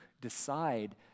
decide